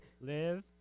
Live